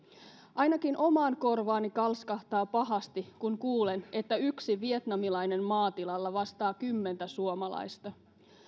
ainakin omaan korvaani kalskahtaa pahasti kun kuulen että yksi vietnamilainen maatilalla vastaa kymmentä suomalaista